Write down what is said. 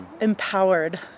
empowered